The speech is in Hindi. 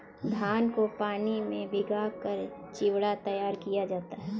धान को पानी में भिगाकर चिवड़ा तैयार किया जाता है